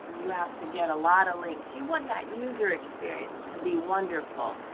you have to get a lot of links. you want that user experience to be wonderful.